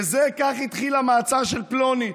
וכך התחיל המעצר של פלונית.